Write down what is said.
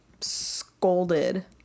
scolded